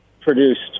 produced